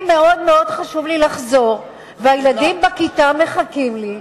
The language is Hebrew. אם מאוד-מאוד חשוב לי לחזור והילדים בכיתה מחכים לי,